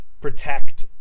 protect